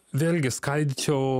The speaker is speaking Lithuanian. vėlgi skaidyčiau